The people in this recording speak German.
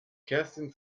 kerstin